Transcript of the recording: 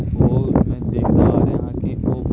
ਉਹ ਮੈਂ ਦੇਖਦਾ ਆ ਰਿਹਾ ਕਿ ਉਹ